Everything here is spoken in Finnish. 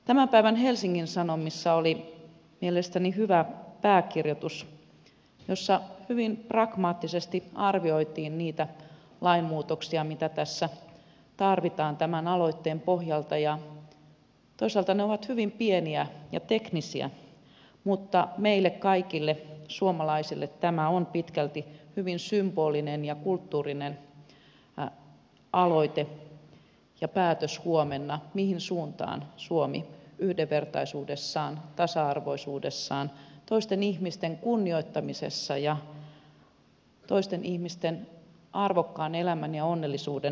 tämän päivän helsingin sanomissa oli mielestäni hyvä pääkirjoitus jossa hyvin pragmaattisesti arvioitiin niitä lainmuutoksia mitä tässä tarvitaan tämän aloitteen pohjalta ja toisaalta ne ovat hyvin pieniä ja teknisiä mutta meille kaikille suomalaisille tämä on pitkälti hyvin symbolinen ja kulttuurinen aloite ja päätös huomenna näyttää mihin suuntaan suomi yhdenvertaisuudessa tasa arvoisuudessa toisten ihmisten kunnioittamisessa ja toisten ihmisten arvokkaan elämän ja onnellisuuden luojana menee